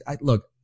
look